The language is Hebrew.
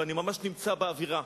ואני ממש נמצא באווירה.